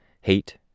hate